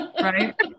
right